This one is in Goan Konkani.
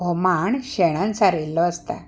हो मांड शेणान सारयलो आसता